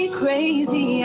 crazy